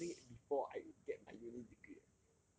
you will get it before I get my uni degree eh